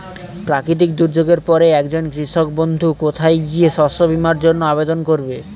প্রাকৃতিক দুর্যোগের পরে একজন কৃষক বন্ধু কোথায় গিয়ে শস্য বীমার জন্য আবেদন করবে?